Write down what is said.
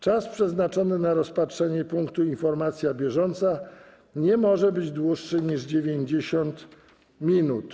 Czas przeznaczony na rozpatrzenie punktu: Informacja bieżąca nie może być dłuższy niż 90 minut.